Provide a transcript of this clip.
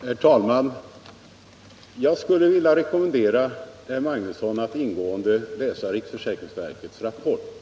Herr talman! Jag vill rekommendera herr Arne Magnusson att ingående läsa riksförsäkringsverkets rapport.